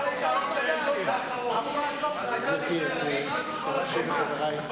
אתה היית הראשון,